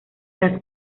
tras